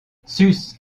sus